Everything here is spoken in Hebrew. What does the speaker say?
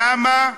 למה?